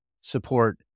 support